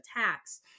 attacks